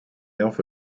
alpha